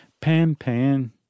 pan-pan